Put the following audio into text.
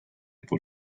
por